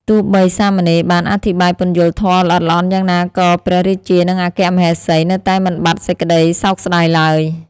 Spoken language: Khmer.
ទោះបីសាមណេរ បានអធិប្បាយពន្យល់ធម៌ល្អិតល្អន់យ៉ាងណាក៏ព្រះរាជា និងអគ្គមហេសី នៅតែមិនបាត់សេចក្ដីសោកស្ដាយឡើយ ។